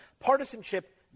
partisanship